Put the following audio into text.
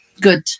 good